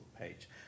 page